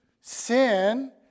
sin